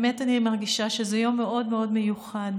אני באמת מרגישה שזה יום מאוד מאוד מיוחד.